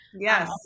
yes